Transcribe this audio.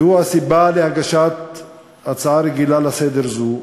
והוא הסיבה להגשת הצעה רגילה זו לסדר-היום,